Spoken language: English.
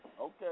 okay